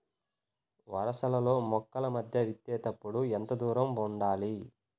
వరసలలో మొక్కల మధ్య విత్తేప్పుడు ఎంతదూరం ఉండాలి?